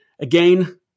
Again